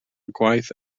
gwaith